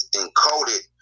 encoded